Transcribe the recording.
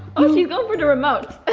oh she's going for the remote!